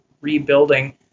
rebuilding